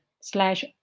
slash